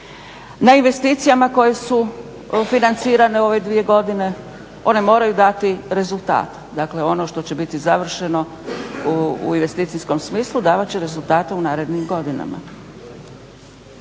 Na investicijama koje su financirane u ove dvije godine. one moraju dati rezultat, dakle ono što će biti završeno u investicijskom smislu davat će rezultate u narednim godinama.